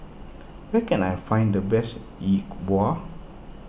where can I find the best Yi Bua